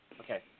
Okay